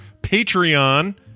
patreon